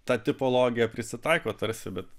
ta tipologija prisitaiko tarsi bet